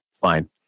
Fine